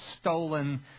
stolen